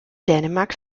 dänemark